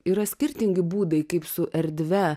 yra skirtingi būdai kaip su erdve